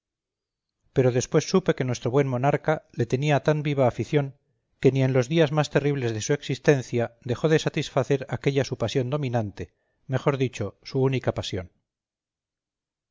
pero después supe que nuestro buen monarca le tenía tan viva afición que ni en los días más terribles de su existencia dejó de satisfacer aquella su pasión dominante mejor dicho su única pasión